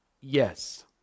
yes